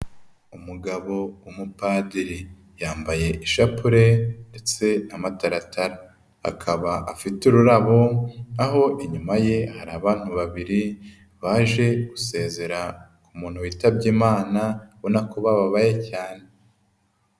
Umugabo w'umupadiri yambaye ishapule ndetse n'amataratara, akaba afite ururabo aho inyuma ye hari abantu babiri baje gusezera ku muntu witabye Imana ubona kuba bababaye cyane.